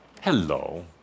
Hello